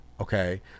okay